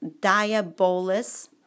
Diabolus